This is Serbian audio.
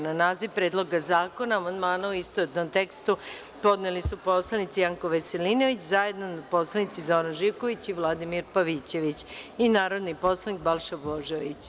Na naziv Predloga zakona amandmane u istovetnom tekstu podneli su narodni poslanik Janko Veselinović, zajedno narodni poslanici Zoran Živković i Vladimir Pavićević i narodni poslanik Balša Božović.